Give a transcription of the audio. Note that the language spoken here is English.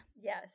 yes